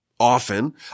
Often